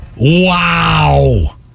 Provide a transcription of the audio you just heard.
Wow